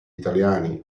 italiani